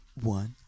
One